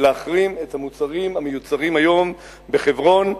ולהחרים את המוצרים המיוצרים היום בחברון,